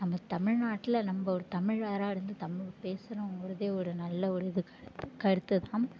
நம்ம தமிழ்நாட்டில் நம்ம ஒரு தமிழராக இருந்து தமிழ் பேசுறோங்கிறதே ஒரு நல்ல ஒரு இது கருத்து கருத்துதான்